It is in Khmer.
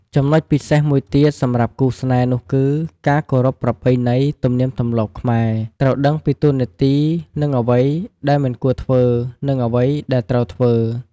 ចំណុចពិសេសមួយទៀតសម្រាប់គូរស្នេហ៍នោះគឺការគោរពប្រពៃណីទំនៀមទម្លាប់ខ្មែរ ត្រូវដឹងពីតួនាទីនិងអ្វីដែលមិនគួរធ្វើនិងអ្វីត្រូវធ្វើ។